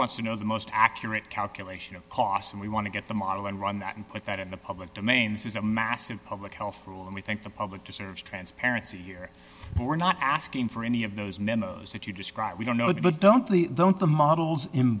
wants to know the most accurate calculation of costs and we want to get the model and run that and put that in the public domain this is a massive public health rule and we think the public deserves transparency here we're not asking for any of those memos that you describe we don't know but don't the don't the models